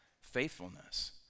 faithfulness